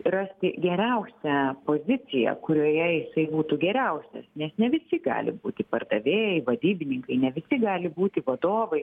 rasti geriausią poziciją kurioje jisai būtų geriausias nes ne visi gali būti pardavėjai vadybininkai ne visi gali būti vadovai